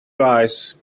wise